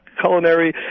culinary